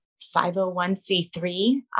501c3